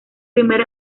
primer